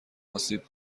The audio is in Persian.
آسیب